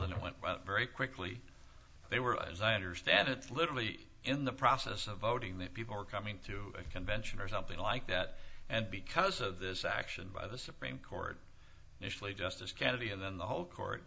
and it went very quickly they were as i understand it literally in the process of voting that before coming to a convention or something like that and because of this action by the supreme court initially justice kennedy and then the whole court